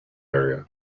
area